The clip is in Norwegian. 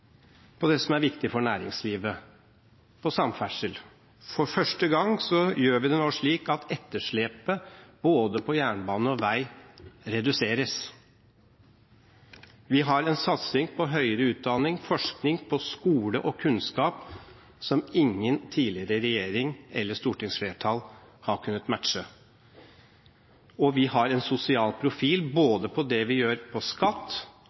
på det som er viktig for næringslivet, på samferdsel: For første gang gjør vi det nå slik at etterslepet på både jernbane og vei reduseres. Vi har en satsing på høyere utdanning, forskning, skole og kunnskap som ingen tidligere regjering eller stortingsflertall har kunnet matche. Og vi har en sosial profil, når det gjelder både det vi gjør på skatt,